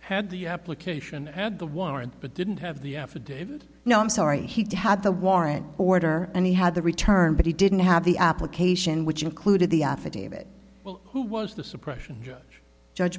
had the application had the warrant but didn't have the affidavit now i'm sorry he had the warrant order and he had the return but he didn't have the application which included the affidavit who was the suppression judge judge